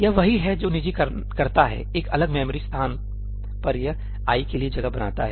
यह वही है जो निजी करता है एक अलग मेमोरी स्थान पर यह i के लिए जगह बनाता है